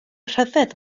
rhyfedd